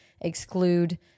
exclude